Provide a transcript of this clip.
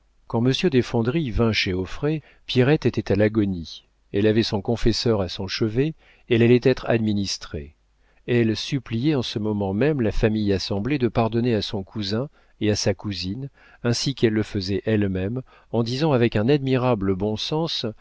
quand monsieur desfondrilles vint chez auffray pierrette était à l'agonie elle avait son confesseur à son chevet elle allait être administrée elle suppliait en ce moment même la famille assemblée de pardonner à son cousin et à sa cousine ainsi qu'elle le faisait elle-même en disant avec un admirable bon sens